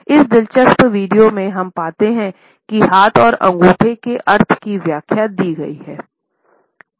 इस दिलचस्प वीडियो में हम पाते हैं कि हाथ और अंगूठे के अर्थ की व्याख्या दी गई है